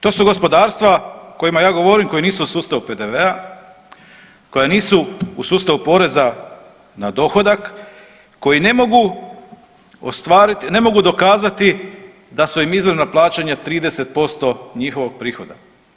To su gospodarstva o kojima ja govorim koji nisu u sustavu u PDV-a, koja nisu u sustavu poreza na dohodak, koji ne mogu ostvariti, ne mogu dokazati da su im izravna plaćanja 30% njihovog prihoda.